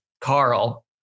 Carl